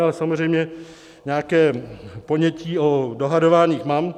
Ale samozřejmě nějaké ponětí o dohadování mám.